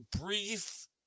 brief